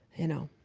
you know.